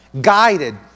guided